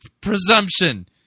presumption